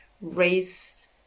race